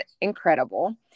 incredible